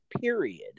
period